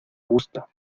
gusta